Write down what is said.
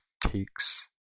takes